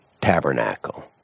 tabernacle